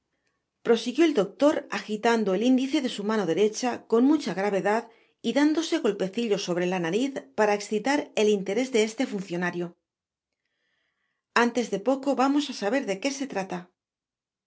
prosiguió el doctor agitando el indice de su mano derecha con mucha gravedad y dándose golpecillos sobre la nariz para exitar el interés de este funcionario antes de poco vamos á saber de que se trata